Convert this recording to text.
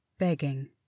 Begging